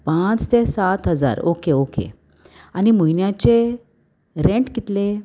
पांच ते सात हजार ओके ओके आनी म्हयन्याचे रेंट कितलें